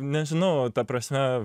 nežinau ta prasme